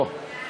בוא,